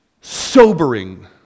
Sobering